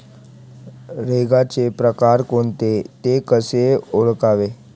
रोगाचे प्रकार कोणते? ते कसे ओळखावे?